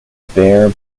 bare